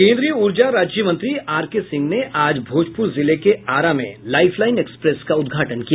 केन्द्रीय ऊर्जा राज्य मंत्री आरके सिंह ने आज भोजपुर जिले के आरा में लाइफलाइन एक्सप्रेस का उद्घाटन किया